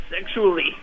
sexually